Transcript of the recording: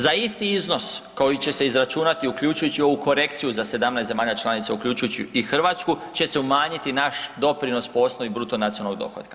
Za isti iznos koji će se izračunati uključujući ovu korekciju za 17 zemalja članica, uključujući i Hrvatsku će se umanjiti naš doprinos po osnovi bruto nacionalnog dohotka.